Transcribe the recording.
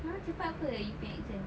ah cepat [pe] you punya exam